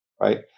Right